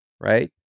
right